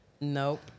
Nope